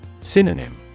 Synonym